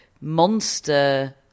monster